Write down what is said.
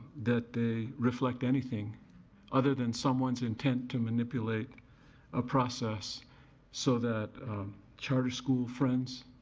that they reflect anything other than someone's intent to manipulate a process so that charter school friends